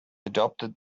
adopted